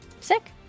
sick